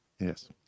Yes